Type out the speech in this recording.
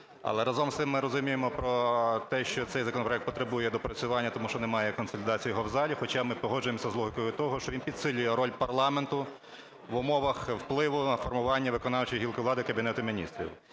Але разом з тим, ми розуміємо про те, що цей законопроект потребує доопрацювання тому що не має консолідації його в залі. Хоча ми погоджуємося з логікою того, що він підсилює роль парламенту в умовах впливу на формування виконавчої гілки влади – Кабінету Міністрів.